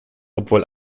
obwohl